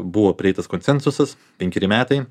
buvo prieitas konsensusas penkeri metai